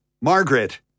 Margaret